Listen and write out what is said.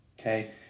Okay